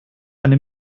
eine